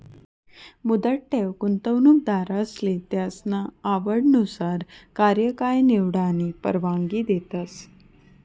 मुदत ठेव गुंतवणूकदारसले त्यासना आवडनुसार कार्यकाय निवडानी परवानगी देतस